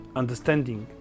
understanding